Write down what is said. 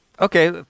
Okay